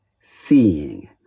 seeing